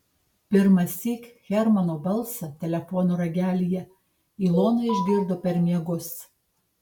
pirmąsyk hermano balsą telefono ragelyje ilona išgirdo per miegus